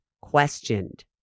questioned